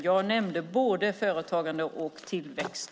Jag nämnde både företagande och tillväxt.